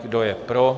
Kdo je pro?